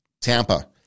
Tampa